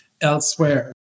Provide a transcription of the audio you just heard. elsewhere